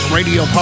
Radio